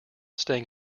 staying